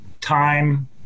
time